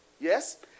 Yes